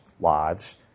lives